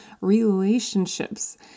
relationships